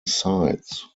sites